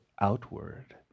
outward